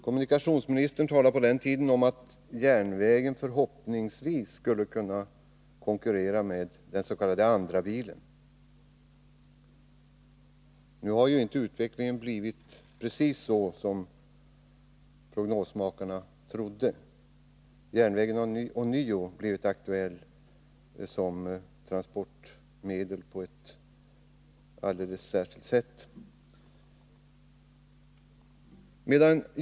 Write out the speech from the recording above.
Kommunikationsminis Om ökad säkerhet tern talade på den tiden om att järnvägen förhoppningsvis skulle konkurrera = för tågtrafiken med den s.k. andrabilen. Medan järnvägens investeringar hölls tillbaka satsades direkt och indirekt miljardbelopp på bilismen och vägtrafiken. Nu har ju inte utvecklingen blivit precis den som prognosmakarna trodde.